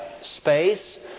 space